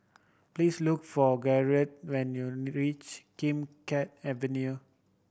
please look for when you reach Kim Keat Avenue